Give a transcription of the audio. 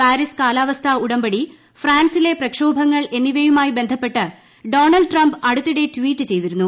Paris കാലാവസ്ഥാ ഉടമ്പടി ഫ്രാൻസിലെ പ്രക്ഷോഭങ്ങൾ എന്നിവയുമായി ബന്ധപ്പെട്ട് ഡോണൾഡ് ട്രംപ് അടുത്തിടെ ട്വീറ്റ് ചെയ്തിരുന്നു